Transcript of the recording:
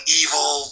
evil